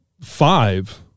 five